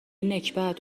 نکبت